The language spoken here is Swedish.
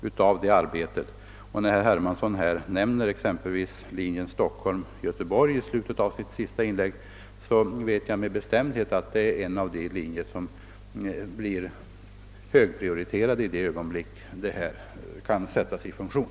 När herr Hermansson i slutet av sitt senaste inlägg nämner linjen Stockholm —Göteborg, så vet jag att detta är en av de linjer som blir högprioriterad i det ögonblick denna teknik kan sättas i funktion.